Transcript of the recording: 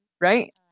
right